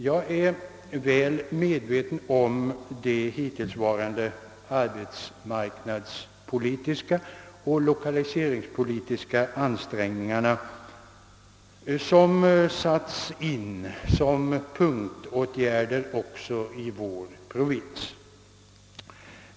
Jag är väl medveten om de hittillsvarande arbetsmarknadspolitiska och lokaliseringspolitiska ansträngningar som satts in som punktåtgärder också i vår provins.